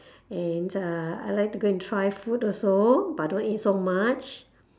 and uh I like to go and try food also but I don't want to eat so much